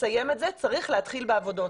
תסיים את זה, צריך להתחיל בעבודות.